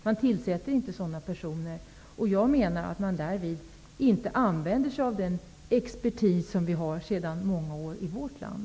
Man tillsätter inte sådana personer. Jag menar att man därmed inte använder sig av den expertis som vi sedan många år har i vårt land.